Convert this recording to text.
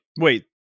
Wait